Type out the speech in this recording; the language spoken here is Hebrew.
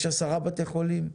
יש עשרה בתי חולים,